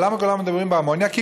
אבל למה כולם מדברים על האמוניה?